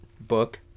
book